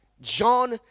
John